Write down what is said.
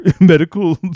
medical